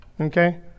okay